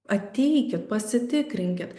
ateikit pasitikrinkit